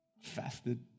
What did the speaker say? fasted